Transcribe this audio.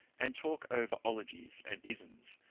and talk over ologies and isms,